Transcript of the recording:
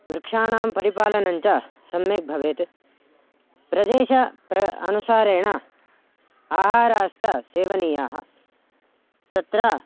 वृक्षाणां परिपालनं च सम्यक् भवेत् प्रदेशः प्रति अनुसारेण आहाराश्च सेवनीयाः तत्र